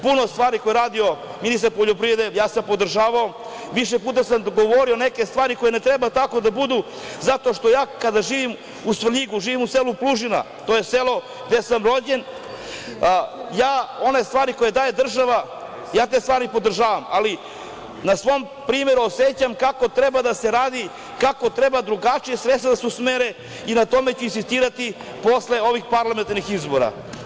Puno stvari koje je radio ministar poljoprivrede, ja sam podržavao, više puta sam govorio neke stvari koje ne treba tako da budu zato što ja, kada živim u Svrljigu, živim u selu Plužina, to je selo gde sam rođen, ja one stvari koje daje država, ja te stvari podržavam, ali na svom primeru osećam kako treba da se radi, kako treba drugačije sredstva da se usmere i na tome ću insistirati posle ovih parlamentarnih izbora.